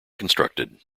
constructed